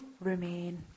remain